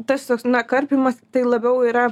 tas toks na karpymas tai labiau yra